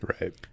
right